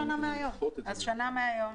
בדצמבר שנה מהיום.